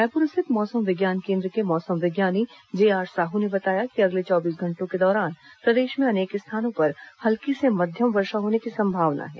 रायपुर स्थित मौसम विज्ञान केन्द्र के मौसम विज्ञानी जेआर साहू ने बताया कि अगले चौबीस घंटों के दौरान प्रदेश में अनेक स्थानों पर हल्की से मध्यम वर्षा होने की संभावना है